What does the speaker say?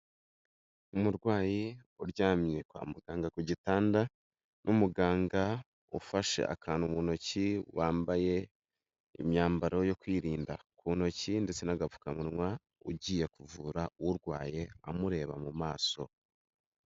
Umurwayi uryamye kwa muganga ku gitanda n'umuganga ufashe akantu mu ntoki, wambaye imyambaro yo kwirinda ku ntoki ndetse n'agapfukamunwa ugiye kuvura urwaye amureba mu maso.